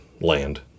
land